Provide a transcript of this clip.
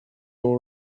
all